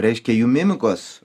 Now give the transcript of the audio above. reiškia jų mimikos